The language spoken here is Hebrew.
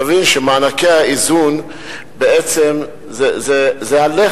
שנבין, מענקי האיזון זה בעצם הלחם